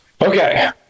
okay